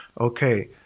Okay